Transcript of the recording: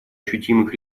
ощутимых